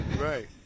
Right